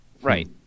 Right